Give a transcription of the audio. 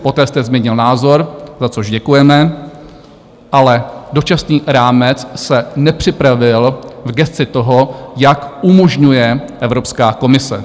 Poté jste změnil názor, za což děkujeme, ale dočasný rámec se nepřipravil v gesci toho, jak umožňuje Evropská komise.